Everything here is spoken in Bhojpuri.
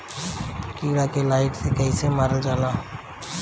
कीड़ा के लाइट से कैसे मारल जाई?